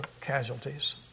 casualties